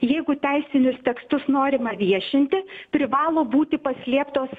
jeigu teisinius tekstus norima viešinti privalo būti paslėptos